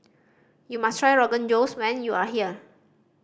you must try Rogan Josh when you are here